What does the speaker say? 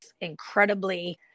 incredibly